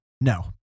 No